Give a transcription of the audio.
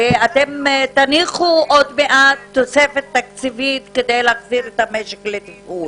הרי אתם תניחו עוד מעט תוספת תקציבית כדי להחזיר את המשק לתפעול,